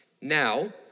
Now